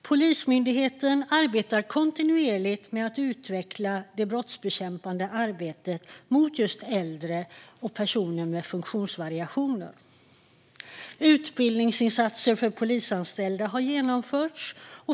Polismyndigheten arbetar kontinuerligt med att utveckla det brottsbekämpande arbetet mot just äldre och personer med funktionsvariationer. Utbildningsinsatser för polisanställda har genomförts.